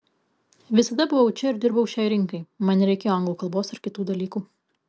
visada buvau čia ir dirbau šiai rinkai man nereikėjo anglų kalbos ar kitų dalykų